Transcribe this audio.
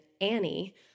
Annie